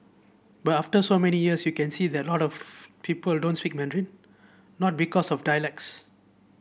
but after so many years you can see that a lot of people don't speak Mandarin not because of dialects